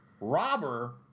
Robber